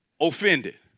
offended